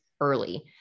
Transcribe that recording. early